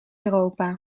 europa